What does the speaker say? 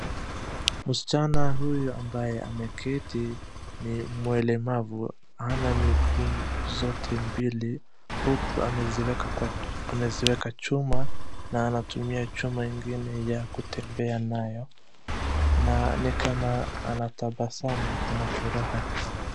Msichana huyu ambaye ameketi ni mlemavu. Hana miguu zote mbili. Huku ameziweka chuma na anatumia chuma ingine ya kutembea nayo. Na ni kama anatabasamu, kuna furaha.